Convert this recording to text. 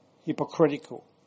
hypocritical